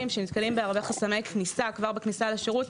שנתקלים בהרבה חסמי כניסה כבר בכניסה לשירות,